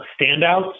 standouts